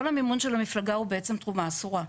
כל המימון של המפלגה הוא בעצם תרומה אסורה.